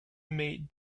maid